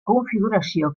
configuració